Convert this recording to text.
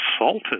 insulted